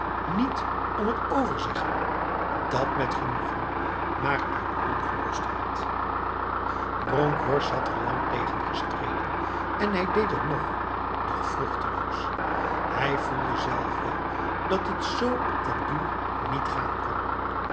niet om het overzeggen dat met genoegen maar uit ongerustheid bronkhorst had er lang tegen gestreden en hij deed het nog doch vruchteloos hij voelde zelf wel dat het z op den duur niet gaan kon